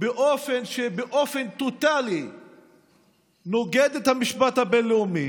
בדרך שבאופן טוטלי נוגדת את המשפט הבין-לאומי.